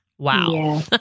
Wow